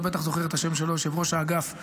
אתה בטח זוכר את השם שלו, של ראש האגף.